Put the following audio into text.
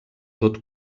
tot